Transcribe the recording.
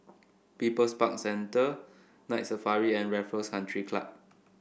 People's Park Centre Night Safari and Raffles Country Club